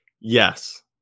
yes